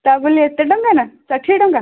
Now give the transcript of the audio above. ତା ବୋଲି ଏତେ ଟଙ୍କା ନା ଷାଠିଏ ଟଙ୍କା